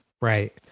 Right